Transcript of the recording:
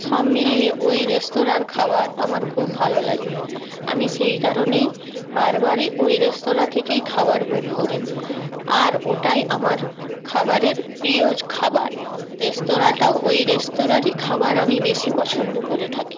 সব মিলিয়ে ওই রেস্তোরাঁর খাবার আমার খুব ভালো লাগে আমি সেই কারণেই বারবারই ওই রেস্তোরাঁ থেকেই খাবার বুক করি আর ওটাই আমার খাবারের প্রিয় খাবার রেস্তোরাঁটাও ওই রেস্তোরাঁরই খাবার আমি বেশি পছন্দ করে থাকি